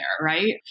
right